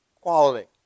Quality